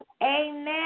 Amen